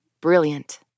Brilliant